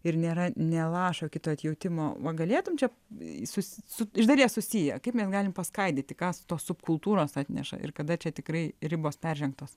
ir nėra nė lašo kito atjautimo va galėtum čia su iš dalies susiję kaip mes galim paskaidyti ką tos subkultūros atneša ir kada čia tikrai ribos peržengtos